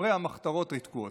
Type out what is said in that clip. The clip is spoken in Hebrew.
וספרי המחתרות ריתקו אותי,